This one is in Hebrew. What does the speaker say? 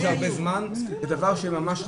זה דבר שהוא ממש חדש.